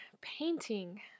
painting